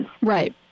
Right